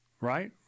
right